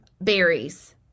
berries